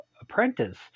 apprentice